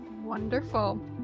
Wonderful